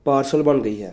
parcel ਬਣ ਗਈ ਹੈ